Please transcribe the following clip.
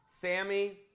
Sammy